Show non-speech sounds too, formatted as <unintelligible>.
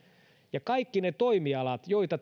ja kaikki ne toimialat joita <unintelligible>